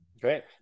Great